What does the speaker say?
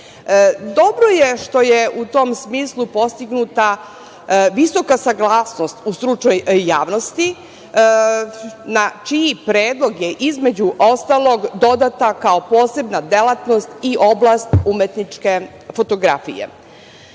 Dobro je što je u tom smislu postignuta visoka saglasnost u stručnoj javnosti, na čiji je predlog, između ostalog, dodata kao posebna delatnost i oblast umetničke fotografije. Poznato